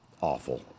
awful